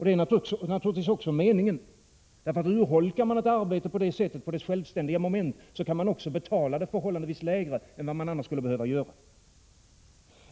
Det är naturligtvis också meningen, eftersom man kan betala ett arbete förhållandevis lägre, än vad man annars skulle behöva göra, om man urholkar ett arbete på dess självständiga moment på detta sätt.